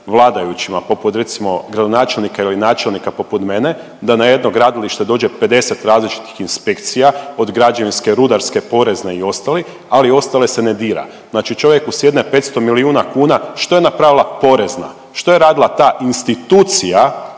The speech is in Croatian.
vladajućima poput recimo gradonačelnika ili načelnika poput mene? Da na jedno gradilište dođe 50 različitih inspekcija od građevinske, rudarske, porezne i ostalih ali ostale se ne dira. Znači čovjeku sjedne 500 milijuna kuna što je napravila porezna? Što je radila ta institucija